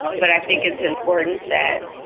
but i think it's important that.